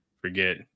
forget